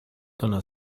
gonna